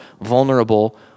vulnerable